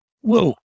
whoa